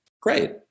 Great